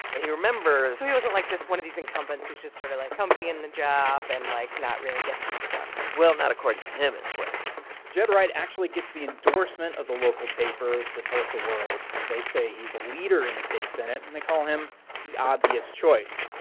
and he remembers. so he wasn't like this one of these incumbents who's just sort of, like, comfy in the job and, like, not really getting things done well, not according to and him anyway ged wright actually gets the endorsement of the local paper, the tulsa world. they say he's a leader in the state senate, and they call him the obvious choice.